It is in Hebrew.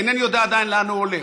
אינני יודע עדיין לאן הוא הולך,